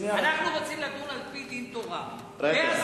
אנחנו רוצים לדון על-פי דין תורה בהסכמה.